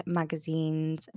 magazines